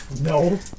No